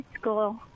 school